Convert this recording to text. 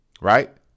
Right